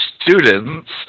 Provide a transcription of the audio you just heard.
students